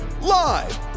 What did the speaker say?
Live